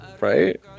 Right